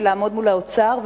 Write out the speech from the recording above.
ולעמוד מול האוצר,